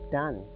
done